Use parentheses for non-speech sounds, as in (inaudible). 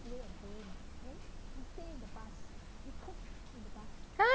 (noise)